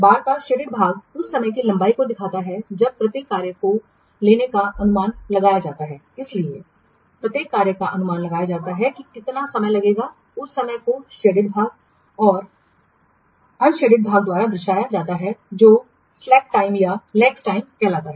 बार का शेडेड भाग उस समय की लंबाई दिखाता है जब प्रत्येक कार्य को लेने का अनुमान लगाया जाता है इसलिए प्रत्येक कार्य का अनुमान लगाया जाता है कि कितना समय लगेगा उस समय को शेडेड भाग और अंशएडेड भाग दर्शाया जाता है जो सलेक टाइम या लेक्स टाइम है